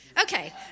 Okay